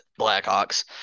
Blackhawks